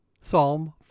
Psalm